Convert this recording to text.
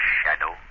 shadow